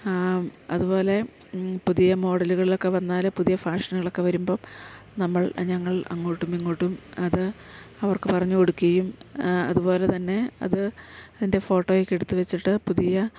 അതുപോലെ പുതിയ മോഡലുകളൊക്കെ വന്നാല് പുതിയ ഫഷനുകളൊക്കെ വരുമ്പം നമ്മൾ ഞങ്ങൾ അങ്ങോട്ടും ഇങ്ങോട്ടും അത് അവർക്ക് പറഞ്ഞ് കൊടുക്കുകയും അതുപോലെ തന്നെ അത് അതിൻ്റെ ഫോട്ടോയെക്കെ എടുത്ത് വെച്ചിട്ട് പുതിയ